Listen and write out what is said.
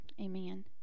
amen